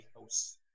House